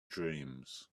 dreams